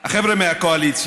החבר'ה מהקואליציה,